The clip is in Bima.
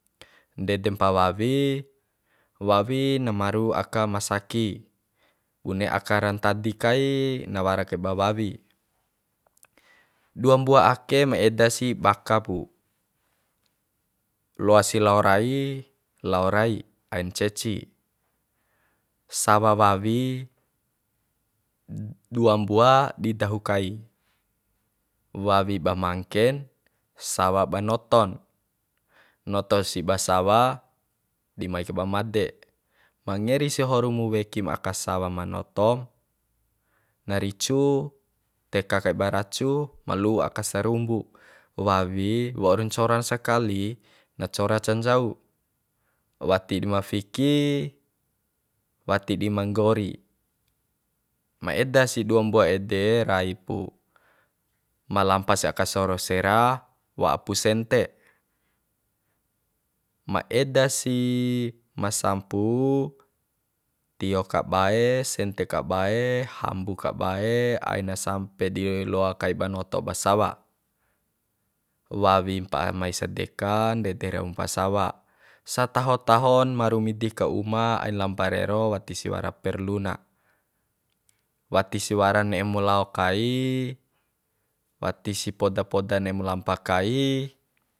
Ndede pa wawi wawi na maru aka ma saki bune aka ra ntadi kai na wara kaiba wawi dua mbua ake ma eda si baka pu loasi lao rai lao rai ain ceci sawa wawi dua mbua di dahu kai wawi ba mangken sawa ba noton noto si ba sawa di mai kaiba made mangeri si horu mu wekim aka sawa ma notom na ricu teka kaiba racu ma lu'u aka sarumbu wawi waura ncoran sakali na ncora cora ncan cau ku wati di ma fiki wati di ma nggori ma eda si dua mbua ede rai pu ma lampa si aka soro sera wa'a pu sente ma eda si masampu tio kabae sente kabae hambu kabae aina sampe di loa kai ba noto ba sawa wawi mpa mai sadeka ndede raumpa sawa sataho tahon maru midi ka uma ain lampa rero wati si wara perlu na wati si wara ne'e mu lao kai wati si poda poda ne'em lampa kai